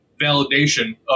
validation